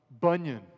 Bunyan